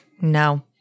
No